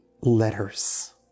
letters